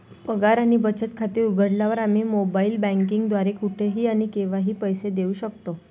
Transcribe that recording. पगार आणि बचत खाते उघडल्यावर, आम्ही मोबाइल बँकिंग द्वारे कुठेही आणि केव्हाही पैसे देऊ शकतो